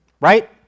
right